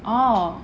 orh